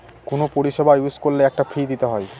কোনো পরিষেবা ইউজ করলে একটা ফী দিতে হয়